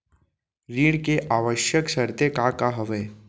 ऋण के आवश्यक शर्तें का का हवे?